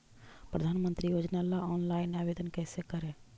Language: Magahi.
प्रधानमंत्री योजना ला ऑनलाइन आवेदन कैसे करे?